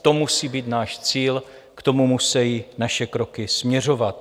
To musí být náš cíl, k tomu musejí naše kroky směřovat.